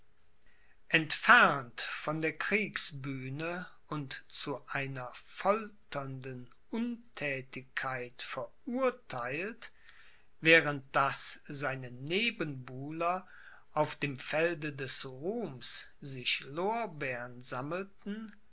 entfernt von der kriegsbühne und zu einer folternden unthätigkeit verurtheilt während daß seine nebenbuhler auf dem felde des ruhms sich lorbeern sammelten